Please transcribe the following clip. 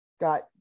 got